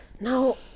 now